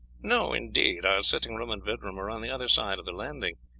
no, indeed our sitting-room and bedroom are on the other side of the landing.